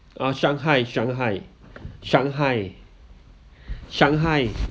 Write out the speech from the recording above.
uh shanghai shanghai shanghai shanghai